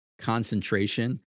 concentration